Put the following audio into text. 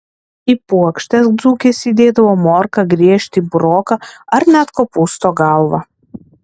į puokštes dzūkės įdėdavo morką griežtį buroką ar net kopūsto galvą